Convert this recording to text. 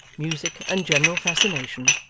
music, and general fascination,